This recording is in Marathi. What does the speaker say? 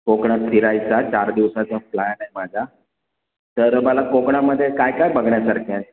कोकणात फिरायचा चार दिवसाचा प्लान आहे माझा तर मला कोकणामध्ये काय काय बघण्यासारखं आहे